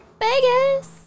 Vegas